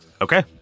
Okay